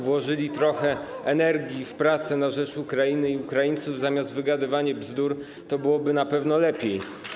włożyli trochę energii w pracę na rzecz Ukrainy i Ukraińców zamiast wygadywania bzdur, to byłoby na pewno lepiej.